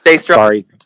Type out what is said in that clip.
Sorry